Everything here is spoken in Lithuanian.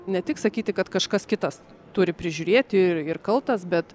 ne tik sakyti kad kažkas kitas turi prižiūrėti ir ir kaltas bet